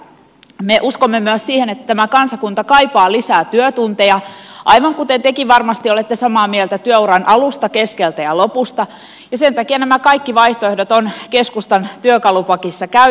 me uskomme myös siihen että tämä kansakunta kaipaa lisää työtunteja aivan kuten tekin varmasti olette samaa mieltä työuran alusta keskeltä ja lopusta ja sen takia nämä kaikki vaihtoehdot ovat keskustan työkalupakissa käytössä